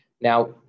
Now